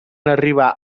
arribar